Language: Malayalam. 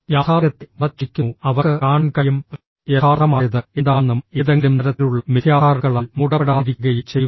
യാഥാർത്ഥ്യത്തെ വളച്ചൊടിക്കുന്നു അവർക്ക് കാണാൻ കഴിയും യഥാർത്ഥമായത് എന്താണെന്നും ഏതെങ്കിലും തരത്തിലുള്ള മിഥ്യാധാരണകളാൽ മൂടപ്പെടാതിരിക്കുകയും ചെയ്യുക